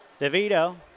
DeVito